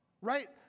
right